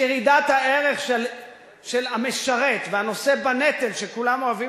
ומי שלא מבין שירידת הערך של המשרת והנושא בנטל שכולם אוהבים